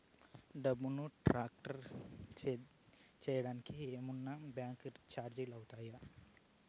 డబ్బును ట్రాన్స్ఫర్ సేయడానికి ఏమన్నా బ్యాంకు చార్జీలు అవుతాయా?